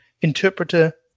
interpreter